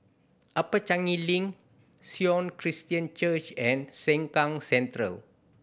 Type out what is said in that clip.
Upper Changi Link Sion Christian Church and Sengkang Central